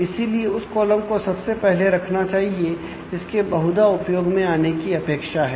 इसीलिए उस कालम को सबसे पहले रखना चाहिए जिसके बहुधा उपयोग में आने की अपेक्षा है